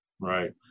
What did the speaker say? Right